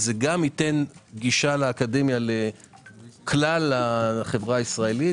זה גם ייתן גישה לאקדמיה לכלל החברה הישראלית